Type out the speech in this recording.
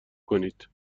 کنید